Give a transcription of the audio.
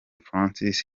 françois